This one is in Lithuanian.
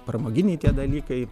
pramoginiai dalykai